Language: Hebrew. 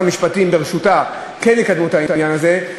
המשפטים בראשותה כן יקדם את העניין הזה,